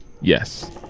yes